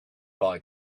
boy